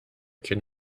can